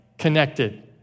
Connected